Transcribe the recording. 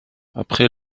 après